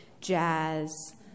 jazz